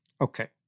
Okay